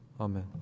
Amen